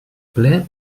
ple